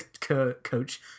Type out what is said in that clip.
Coach